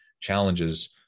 challenges